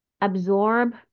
absorb